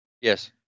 Yes